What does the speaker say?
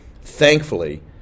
Thankfully